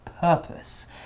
purpose